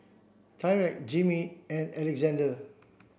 Tyrek Jimmy and Alexandr